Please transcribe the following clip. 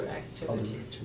activities